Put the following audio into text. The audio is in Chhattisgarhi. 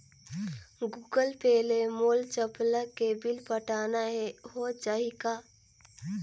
गूगल पे ले मोल चपला के बिल पटाना हे, हो जाही का?